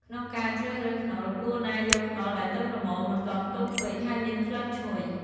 ក្នុងការជ្រើសរើសខ្នុរគួរណាយកខ្នុរដែលទុំល្មម មិនទាន់ទុំពេក ហើយមានក្លិនឈ្ងុយ។